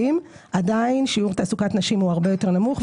40%. עדיין שיעור תעסוקת נשים הוא הרבה יותר נמוך,